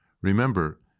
Remember